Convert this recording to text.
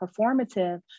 performative